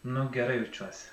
nu gerai jaučiuosi